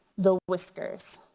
the whiskers.